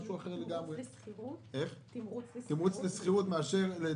תמרוץ לשכירות?